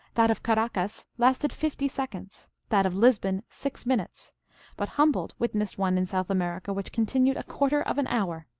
that of caracas lasted fifty seconds, that of lisbon six minutes but humboldt witnessed one in south america which continued a quarter of an hour.